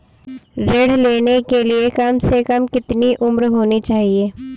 ऋण लेने के लिए कम से कम कितनी उम्र होनी चाहिए?